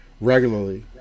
regularly